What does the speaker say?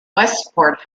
westport